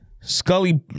Scully